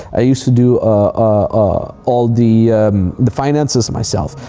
i used to do ah all the the finances myself.